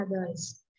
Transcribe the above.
others